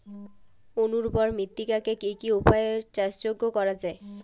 অনুর্বর মৃত্তিকাকে কি কি উপায়ে চাষযোগ্য করা যায়?